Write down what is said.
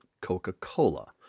Coca-Cola